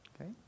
Okay